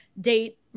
date